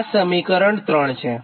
તો આ સમીકરણ 3 છે